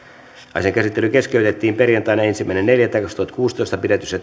asian käsittely keskeytettiin perjantaina ensimmäinen neljättä kaksituhattakuusitoista pidetyssä